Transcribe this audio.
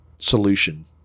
solution